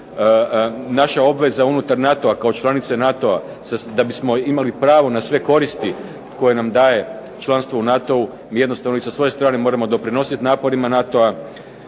Naša obveza unutar NATO-a, kao članice NATO-a, da bismo imali pravo na sve koristi koje nam daje članstvo u NATO-a jednostavno mi sa svoje strane moramo doprinosit naporima NATO-a